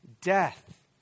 death